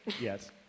Yes